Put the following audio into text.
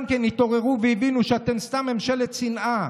גם החקלאים התעוררו והבינו שאתם סתם ממשלת שנאה.